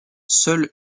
seul